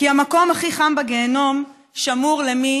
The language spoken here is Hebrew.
כי המקום הכי חם בגיהינום שמור למי